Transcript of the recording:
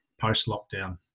post-lockdown